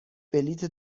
بلیط